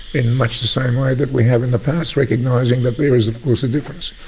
in much the same way that we have in the past, recognising that there is of course a difference.